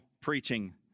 preaching